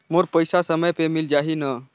मोर पइसा समय पे मिल जाही न?